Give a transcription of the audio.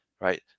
right